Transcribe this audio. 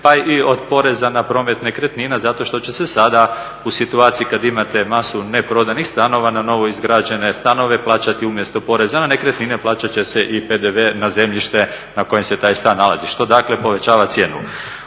pa i od poreza na promet nekretnina zato što će se sada u situaciji kad imate masu neprodanih stanova na novoizgrađene stanove plaćati umjesto poreza na nekretnine plaćat će se i PDV na zemljište na kojem se taj stan nalazi, što dakle povećava cijenu.